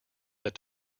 that